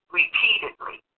repeatedly